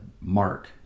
Mark